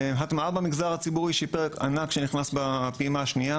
הטמעה במגזר הציבורי יש פרק ענק שנכנס בפעימה השנייה